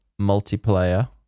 Multiplayer